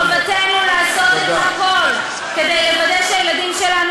מחובתנו לעשות את הכול כדי לוודא שהילדים שלנו